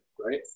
right